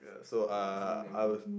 so uh I will